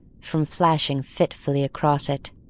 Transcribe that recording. from flashing fitfully across it.